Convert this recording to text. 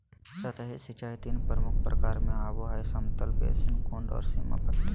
सतही सिंचाई तीन प्रमुख प्रकार में आबो हइ समतल बेसिन, कुंड और सीमा पट्टी